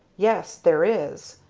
yes, there is,